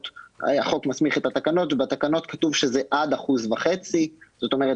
החוק מסמיך את התקנות ובתקנות כתוב שזה עד 1.5%. זאת אומרת,